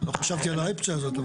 לא חשבתי על האופציה הזאת.